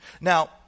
Now